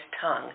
tongue